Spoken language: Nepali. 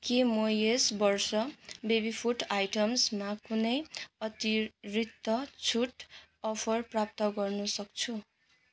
के म यस वर्ष बेबी फुड आईटम्समा कुनै अतिरिक्त छुट अफर प्राप्त गर्न सक्छु